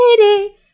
lady